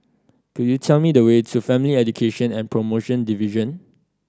could you tell me the way to Family Education and Promotion Division